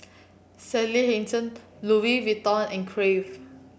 Sally Hansen Loui Vuitton and Crave